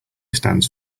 stands